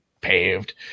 paved